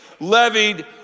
levied